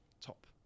top